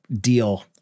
deal